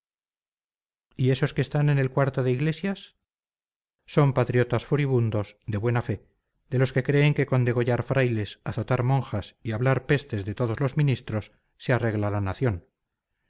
y esos que están en el cuarto de iglesias son patriotas furibundos de buena fe de los que creen que con degollar frailes azotar monjas y hablar pestes de todos los ministros se arregla la nación